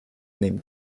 named